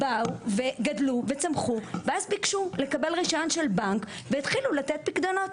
באו וגדלו וצמחו ואז ביקשו לקבל רישיון של בנק והתחילו לתת פיקדונות.